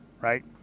right